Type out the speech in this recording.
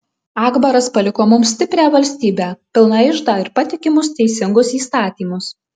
akbaras paliko mums stiprią valstybę pilną iždą ir patikimus teisingus įstatymus